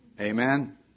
Amen